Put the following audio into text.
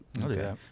Okay